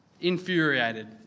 infuriated